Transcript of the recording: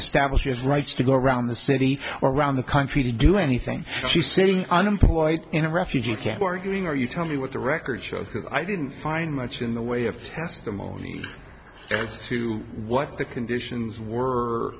establishes rights to go around the city or around the country to do anything she says unemployed in a refugee camp or hearing or you tell me what the record shows that i didn't find much in the way of testimony as to what the conditions were